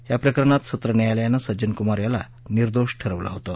या प्रकरणात सत्र न्यायालयानं सज्जन कुमारना निर्दोष ठरवलं होतं